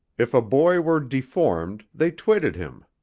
if a boy were deformed, they twitted him.